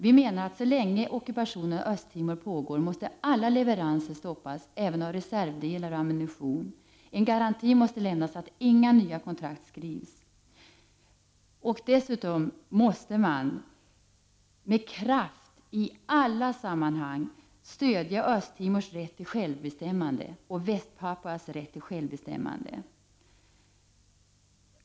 Vi menar att så länge ockupationen av Östtimor pågår måste alla leveranser stoppas, även av reservdelar och ammunition. En garanti måste lämnas att inga nya kontrakt skrivs. Dessutom måste man med kraft i alla sammanhang stödja Östtimors och Väst-Papuas rätt till självbestämmande.